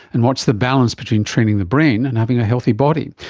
and what's the balance between training the brain and having a healthy body?